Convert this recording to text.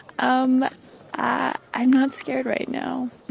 um ah i'm not scared right now.